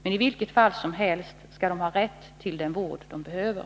I vilket fall som helst skall de ha rätt till den vård de behöver.